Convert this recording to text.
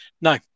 No